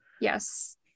yes